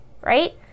right